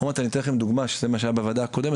עוד מעט אני אתן לכם דוגמה שזה מה שהיה בוועדה הקודמת,